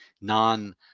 non